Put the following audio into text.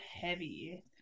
heavy